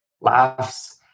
laughs